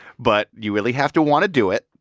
but you really have to want to do it.